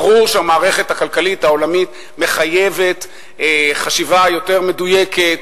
ברור שהמערכת הכלכלית העולמית מחייבת חשיבה יותר מדויקת,